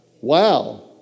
Wow